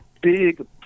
big